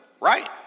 right